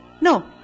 No